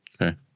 Okay